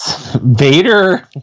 vader